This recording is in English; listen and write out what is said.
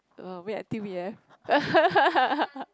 uh wait I think we have